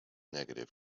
negative